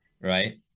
right